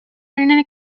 internet